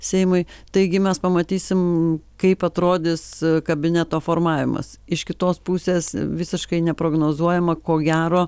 seimui taigi mes pamatysim kaip atrodys kabineto formavimas iš kitos pusės visiškai neprognozuojama ko gero